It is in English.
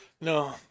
No